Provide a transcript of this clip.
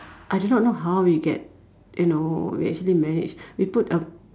I do not know how we get you know we actually managed we put a